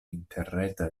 interreta